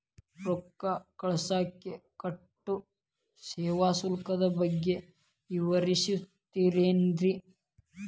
ರೊಕ್ಕ ಕಳಸಾಕ್ ಕಟ್ಟೋ ಸೇವಾ ಶುಲ್ಕದ ಬಗ್ಗೆ ವಿವರಿಸ್ತಿರೇನ್ರಿ?